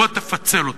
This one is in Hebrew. בוא תפצל אותם,